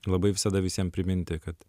labai visada visiem priminti kad